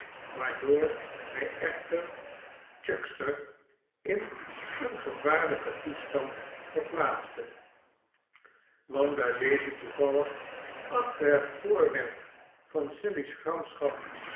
waardoor hijechter chuokster in een gevaarlijken toestand verplaatste want daar deze toevallig achter het voorwerp van sally's